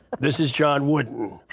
this is john wooden,